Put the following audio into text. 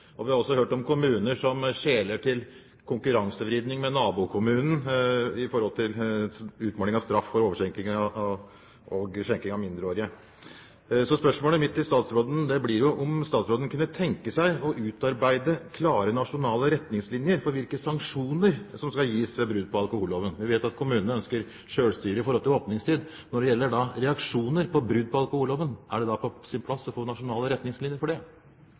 nabokommunen med hensyn til utmåling av straff for overskjenking og skjenking av mindreårige. Spørsmålet mitt til statsråden blir om statsråden kunne tenke seg å utarbeide klare nasjonale retningslinjer for hvilke sanksjoner som skal gis ved brudd på alkoholloven. Vi vet at kommunene ønsker selvstyre i forhold til åpningstid. Når det gjelder reaksjoner på brudd på alkoholloven, er det på sin plass å få nasjonale retningslinjer for det?